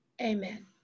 Amen